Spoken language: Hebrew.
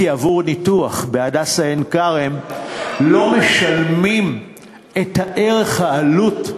כי עבור ניתוח ב"הדסה עין-כרם" לא משלמים את ערך העלות,